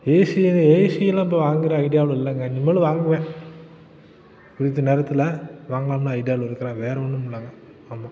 ஏசியாங்க ஏசியெல்லாம் இப்போ வாங்கிற ஐடியாவில் இல்லைங்க இனிமேல் வாங்குவேன் குறித்த நேரத்தில் வாங்கலாம்னு ஐடியாவில் இருக்கிறேன் வேறு ஒன்றும் இல்லைங்க ஆமாம்